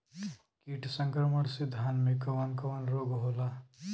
कीट संक्रमण से धान में कवन कवन रोग होला?